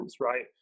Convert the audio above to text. right